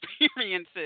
experiences